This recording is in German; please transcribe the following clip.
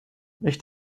nicht